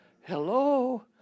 Hello